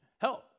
help